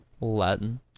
Latin